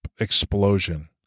explosion